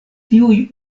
tiuj